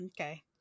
okay